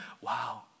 wow